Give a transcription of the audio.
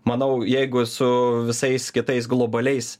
manau jeigu su visais kitais globaliais